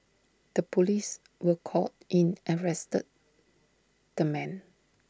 the Police were called in arrested the man